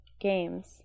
games